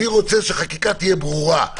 אני רוצה שהחקיקה תהיה ברורה,